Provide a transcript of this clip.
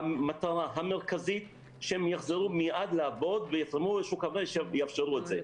המטרה המרכזית שהם יחזרו מיד לעבוד --- שיאפשרו את זה.